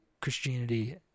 Christianity